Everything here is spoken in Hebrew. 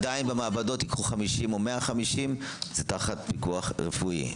עדין במעבדות ייקחו 50 או 150 - זה תחת פיקוח רפואי.